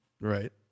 Right